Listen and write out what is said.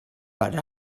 but